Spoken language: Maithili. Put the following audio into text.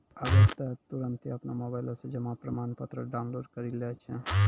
आबै त तुरन्ते अपनो मोबाइलो से जमा प्रमाणपत्र डाउनलोड करि लै छै